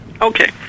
Okay